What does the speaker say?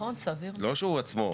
שהוא עצמו.